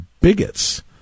bigots